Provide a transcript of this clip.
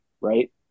right